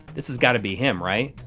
this has gotta be him right?